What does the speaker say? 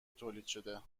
تولیدشده